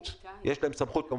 תקנה 17 עברה.